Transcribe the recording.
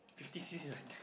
fifty C_C like that